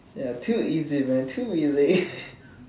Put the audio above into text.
ya too easy man too easy